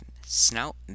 snout